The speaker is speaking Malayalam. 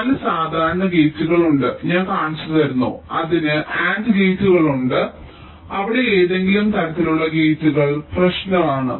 4 സാധാരണ ഗേറ്റുകളുണ്ട് ഞാൻ കാണിച്ചുതരുന്നു അതിന് എൻഡ് ഗേറ്റുകളുണ്ട് അവിടെ ഏതെങ്കിലും തരത്തിലുള്ള ഗേറ്റുകൾ പ്രശ്നമല്